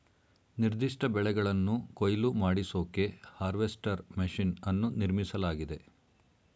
ನಿರ್ದಿಷ್ಟ ಬೆಳೆಗಳನ್ನು ಕೊಯ್ಲು ಮಾಡಿಸೋಕೆ ಹಾರ್ವೆಸ್ಟರ್ ಮೆಷಿನ್ ಅನ್ನು ನಿರ್ಮಿಸಲಾಗಿದೆ